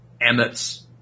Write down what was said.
Emmett's